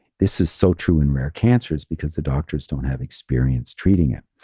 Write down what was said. this is so true in rare cancers because the doctors don't have experience treating it.